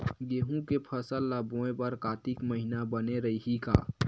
गेहूं के फसल ल बोय बर कातिक महिना बने रहि का?